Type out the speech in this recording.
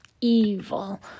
evil